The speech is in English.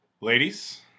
Ladies